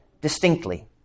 distinctly